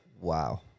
Wow